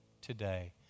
today